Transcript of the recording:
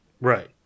Right